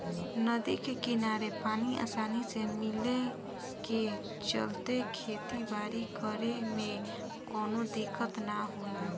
नदी के किनारे पानी आसानी से मिले के चलते खेती बारी करे में कवनो दिक्कत ना होला